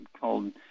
called